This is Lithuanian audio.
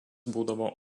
būdavo